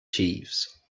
chiefs